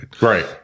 Right